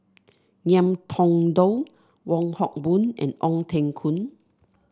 Ngiam Tong Dow Wong Hock Boon and Ong Teng Koon